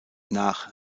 nach